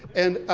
and,